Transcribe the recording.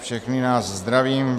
Všechny vás zdravím.